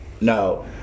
no